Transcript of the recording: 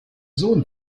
sohn